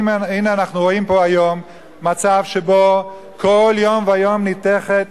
והנה אנחנו רואים פה היום מצב שבו כל יום ויום ניתכת